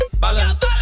balance